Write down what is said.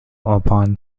upon